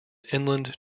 inland